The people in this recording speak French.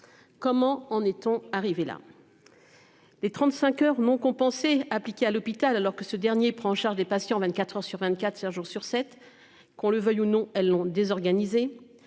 Comment en est-on arrivé là. Les 35 heures non compensée appliquée à l'hôpital alors que ce dernier prend en charge des patients en 24h sur 24, 7 jours sur 7. Qu'on le veuille ou non, elles ont désorganisé